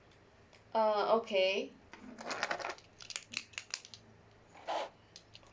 oh okay